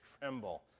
tremble